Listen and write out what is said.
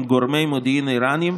עם גורמי מודיעין איראניים,